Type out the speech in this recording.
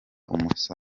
umunsi